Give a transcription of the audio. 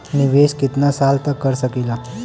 निवेश कितना साल तक कर सकीला?